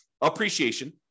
Appreciation